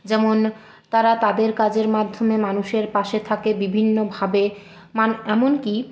যেমন তারা তাদের কাজের মাধ্যমে মানুষের পাশে থাকে বিভিন্নভাবে মান এমনকি